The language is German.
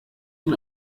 ihn